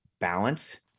balance